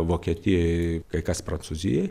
vokietijoj kai kas prancūzijoj